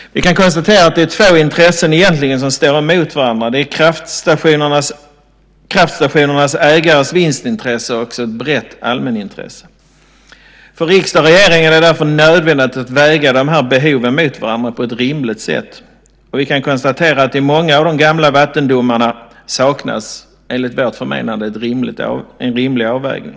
Vi kan konstatera att det egentligen är två intressen som står emot varandra. Det är kraftstationernas ägares vinstintresse och ett brett allmänintresse. För riksdag och regering är det därför nödvändigt att väga de behoven mot varandra på ett rimligt sätt. Vi kan konstatera att det i många av de gamla vattendomarna, enligt vårt förmenande, saknas en rimlig avvägning.